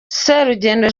serugendo